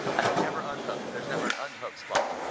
and they never unhook. there's never an unhook spot.